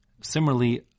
Similarly